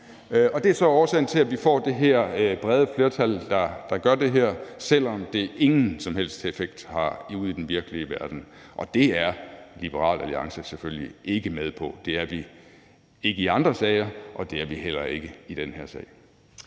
Og det er så årsagen til, at vi får det her brede flertal, der gør det her, selv om det ingen som helst effekt har ude i den virkelige verden. Og det er Liberal Alliance selvfølgelig ikke med på. Det er vi ikke i andre sager, og det er vi heller ikke i den her sag.